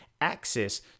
access